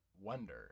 Wonder